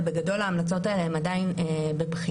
אבל בגדול ההמלצות האלה הן עדיין בבחינה.